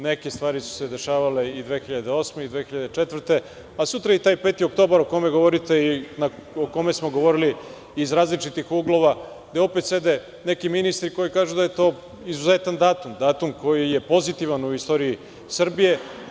Neke stvari su se dešavali i 2008. i 2004. godine, a sutra je taj 5. oktobar o kome govorite i o kome smo govorili iz različitih uglova, gde opet sede neki ministri koji kažu da je to izuzetan datum, datum koji je pozitivan u istoriji Srbije.